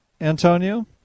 Antonio